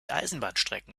eisenbahnstrecken